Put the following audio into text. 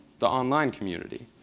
the online community.